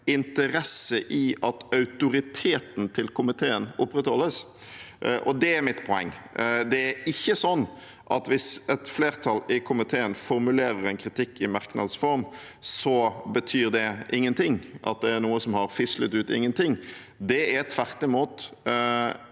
til sjøs toriteten til komiteen opprettholdes. Det er mitt poeng. Det er ikke sånn at hvis et flertall i komiteen formulerer en kritikk i merknads form, betyr det ingenting og er noe som har fislet ut i ingenting. Det er tvert imot